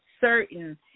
certain